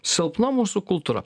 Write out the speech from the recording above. silpna mūsų kultūra